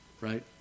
right